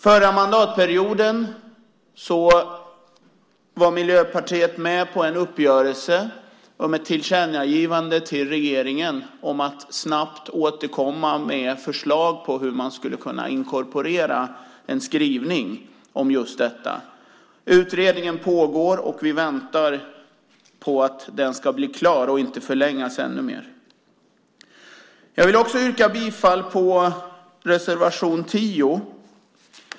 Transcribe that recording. Förra mandatperioden deltog Miljöpartiet i en uppgörelse om ett tillkännagivande till regeringen om att snabbt återkomma med förslag på hur man skulle kunna inkorporera en skrivning om just detta. Utredningen pågår, och vi väntar på att den ska bli klar och inte förlängas ännu mer. Jag vill också yrka bifall till reservation 10.